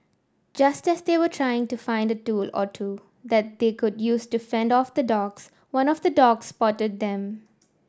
just as they were trying to find a tool or two that they could use to fend off the dogs one of the dogs spotted them